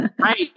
right